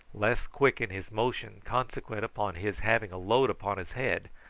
less quick in his motion consequent upon his having a load upon his head,